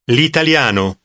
L'italiano